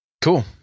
cool